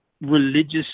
religious